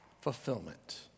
fulfillment